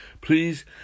Please